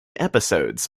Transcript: episodes